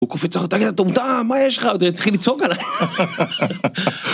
הוא קופץ, תגיד אתה מטומטם, מה יש לך, התחיל לצעוק עלי.